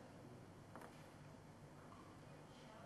משום שלדבר הזה יש השפעה